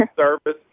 Service